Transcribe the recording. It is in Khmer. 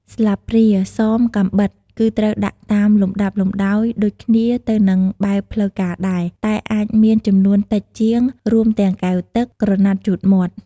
ស្លាបព្រា សម កាំបិត គឺត្រូវដាក់តាមលំដាប់លំដោយដូចគ្នាទៅនឹងបែបផ្លូវការដែរ តែអាចមានចំនួនតិចជាង រួមទាំងកែវទឹក ក្រណាត់ជូតមាត់។